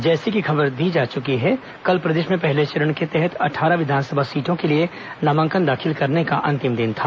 जैसी कि खबर दी जा चुकी है कल प्रदेश में पहले चरण के तहत अट्ठारह विधानसभा सीटों के लिए नामांकन दाखिल करने का अंतिम दिन था